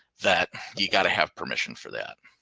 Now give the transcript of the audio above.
that you got to have permission for that.